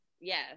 yes